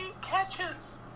catches